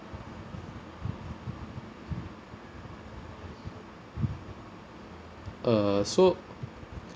uh so